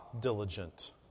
diligent